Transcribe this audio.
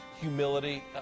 humility